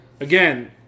again